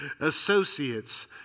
associates